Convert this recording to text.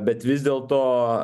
bet vis dėlto